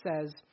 says